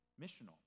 missional